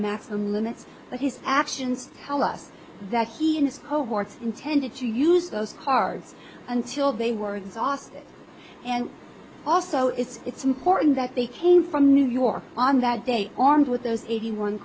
maximum limits of his actions tell us that he and his cohorts intended to use those cards until they were exhausted and also it's important that they came from new york on that day armed with those eighty one